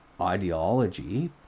ideology